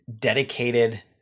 dedicated